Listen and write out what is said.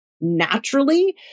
naturally